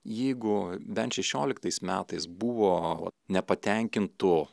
jeigu bent šešioliktais metais buvo vat nepatenkintų